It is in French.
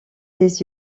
des